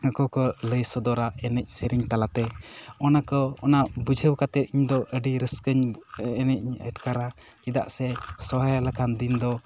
ᱩᱱᱠᱩ ᱠᱚ ᱞᱟᱹᱭ ᱥᱚᱫᱚᱨᱟ ᱮᱱᱮᱡ ᱥᱮᱨᱮᱧ ᱛᱟᱞᱟᱛᱮ ᱚᱱᱟ ᱠᱚ ᱚᱱᱟ ᱵᱩᱡᱷᱟᱹᱣ ᱠᱟᱛᱮᱫ ᱤᱧ ᱫᱚ ᱟᱹᱰᱤ ᱨᱟᱹᱥᱠᱟᱹᱧ ᱮᱱᱮᱡ ᱤᱧ ᱟᱴᱠᱟᱨᱟ ᱪᱮᱫᱟᱜ ᱥᱮ ᱥᱚᱦᱚᱨᱟᱭ ᱞᱮᱠᱟᱱ ᱫᱤᱱ ᱫᱚᱢ